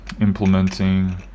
implementing